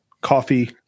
coffee